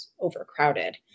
overcrowded